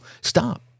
Stop